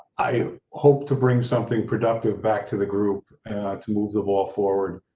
i hope to bring something productive back to the group to move the ball forward.